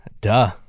duh